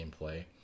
gameplay